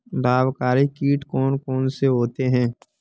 लाभकारी कीट कौन कौन से होते हैं?